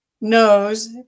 knows